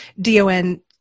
D-O-N